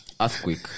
Earthquake